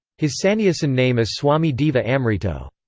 his sannyasin name is swami deva amrito.